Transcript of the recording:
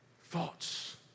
Thoughts